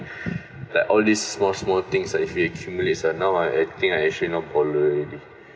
like all these small small things like if you accumulate uh now I think I actually no problem already